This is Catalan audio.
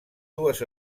dues